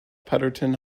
petherton